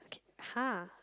[huh]